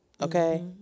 okay